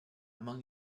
among